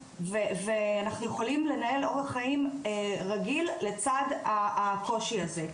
ויכולים לנהל אורח חיים רגיל לצד הקושי הזה.